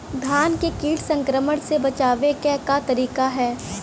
धान के कीट संक्रमण से बचावे क का तरीका ह?